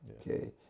Okay